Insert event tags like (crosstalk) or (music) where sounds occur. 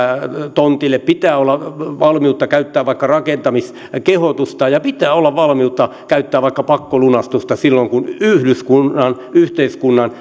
tontille pitää olla valmiutta käyttää vaikka rakentamiskehotusta ja pitää olla valmiutta käyttää vaikka pakkolunastusta silloin kun yhdyskunnan yhteiskunnan (unintelligible)